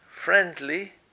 Friendly